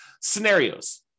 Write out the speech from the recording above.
scenarios